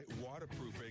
Waterproofing